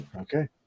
Okay